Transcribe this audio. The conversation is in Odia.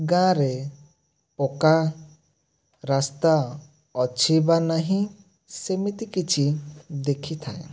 ଗାଁରେ ପକ୍କା ରାସ୍ତା ଅଛି ବା ନାହିଁ ସେମିତି କିଛି ଦେଖିଥାଏ